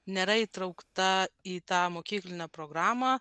nėra įtraukta į tą mokyklinę programą